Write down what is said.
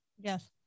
Yes